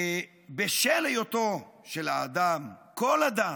בשל היותו של האדם, כל אדם,